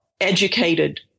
educated